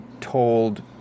told